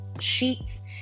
sheets